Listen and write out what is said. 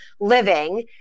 living